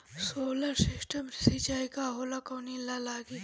Solar system सिचाई का होला कवने ला लागी?